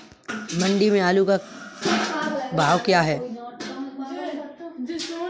मंडी में आलू का भाव क्या है?